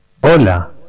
Hola